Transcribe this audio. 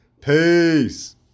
peace